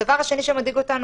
הדבר השני שמדאיג אותנו,